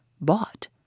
bought